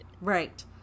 right